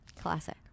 Classic